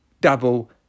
double